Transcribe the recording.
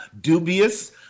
dubious